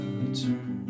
return